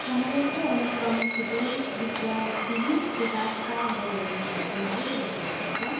समयको अनुक्रमसितै विश्व विविध विकासका मोडहरू हिँड्दै आइरहेको देखिन्छ